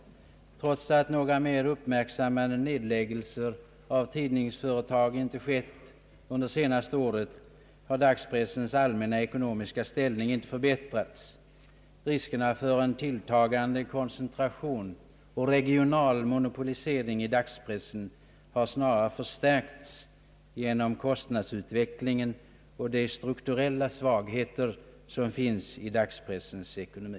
Trots att några mer uppmärksammade nedläggelser av tidningsföretag inte skett under det senaste året har dagspressens allmänna ekonomiska ställning inte förbättrats. Riskerna för en tilltagande koncentration och regional monopolisering i dagspressen har snarast förstärkts genom =<:kostnadsutvecklingen och de strukturella svagheter som finns i dagspressens ekonomi.